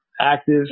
active